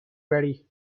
ready